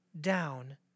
down